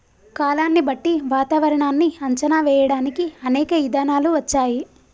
కాలాన్ని బట్టి వాతావరనాన్ని అంచనా వేయడానికి అనేక ఇధానాలు వచ్చాయి